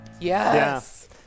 Yes